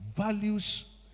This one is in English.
Values